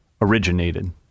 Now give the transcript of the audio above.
originated